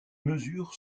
mesures